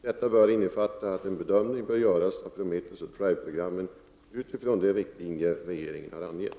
Detta bör innefatta att en bedömning skall göras av Prometheus och Drive-programmen utifrån de riktlinjer regeringen har angett.